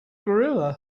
gorilla